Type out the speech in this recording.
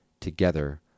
together